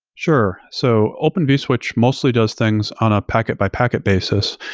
sure. so open vswitch mostly does things on a packet-by-packet basis.